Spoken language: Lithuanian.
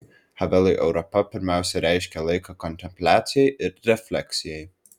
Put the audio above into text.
havelui europa pirmiausia reiškia laiką kontempliacijai ir refleksijai